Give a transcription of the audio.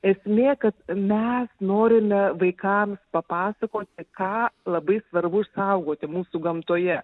esmė kad mes norime vaikams papasakoti ką labai svarbu išsaugoti mūsų gamtoje